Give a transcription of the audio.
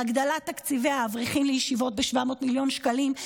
על הגדלת תקציבי האברכים לישיבות ב-700 מיליון שקלים,